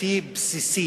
חוקתי בסיסי: